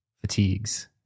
Fatigues